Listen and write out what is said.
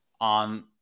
on